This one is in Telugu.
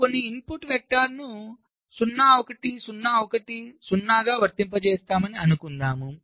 మనం కొన్ని ఇన్పుట్ వెక్టర్ ను 0 1 0 1 0 గా వర్తింపచేసాము అని అనుకుందాం